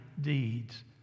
deeds